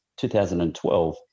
2012